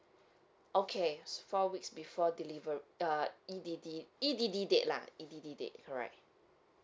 okay it's four weeks before deliver uh E_D_D E_D_D date lah E_D_D date right